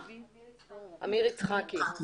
מר יצחקי, בבקשה.